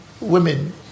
women